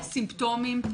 סימפטומים.